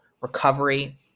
recovery